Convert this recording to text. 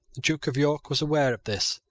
the duke of york was aware of this,